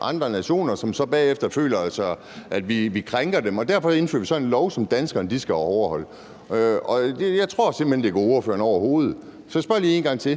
andre nationer, fordi de føler, at vi krænker dem. Derfor indfører vi så en lov, som danskerne skal overholde. Jeg tror simpelt hen, det er gået hen over hovedet på ordføreren, så